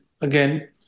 again